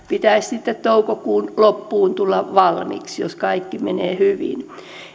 pitäisi sitten toukokuun loppuun mennessä tulla valmiiksi jos kaikki menee hyvin